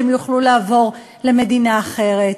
שהם יוכלו לעבור למדינה אחרת.